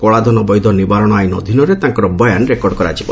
କଳାଧନ ବୈଧ ନିବାରଣ ଆଇନ ଅଧୀନରେ ତାଙ୍କ ବୟାନ ରେକର୍ଡ଼ କରାଯିବ